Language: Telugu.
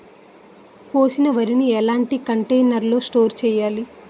కోసిన వరిని ఎలాంటి కంటైనర్ లో స్టోర్ చెయ్యాలి?